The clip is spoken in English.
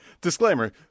disclaimer